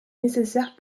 nécessaires